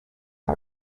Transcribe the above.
are